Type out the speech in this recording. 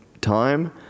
time